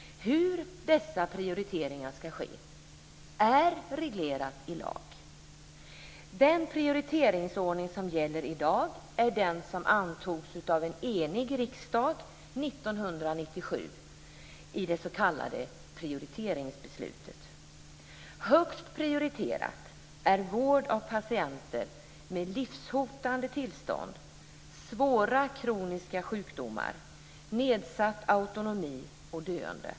Hur dessa prioriteringar ska ske är reglerat i lag. Den prioriteringsordning som gäller i dag antogs av en enig riksdag 1997 genom det s.k. prioriteringsbeslutet. Högst prioriterat är vård av patienter med livshotande tillstånd, med svåra kroniska sjukdomar, med nedsatt autonomi och döende.